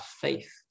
faith